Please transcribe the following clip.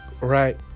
right